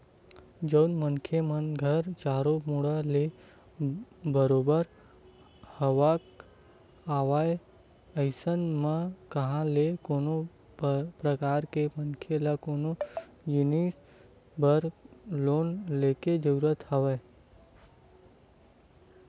जउन मनखे मन घर चारो मुड़ा ले बरोबर आवक हवय अइसन म कहाँ ले कोनो परकार के मनखे ल कोनो जिनिस बर लोन लेके जरुरत हवय